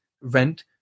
rent